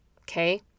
Okay